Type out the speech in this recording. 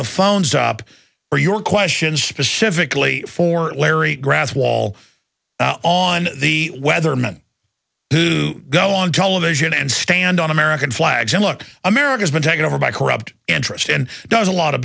the phones up for your questions specifically for larry grant's wall on the weather men who go on television and stand on american flags and look america has been taken over by corrupt interest and does a lot of